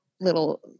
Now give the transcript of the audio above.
little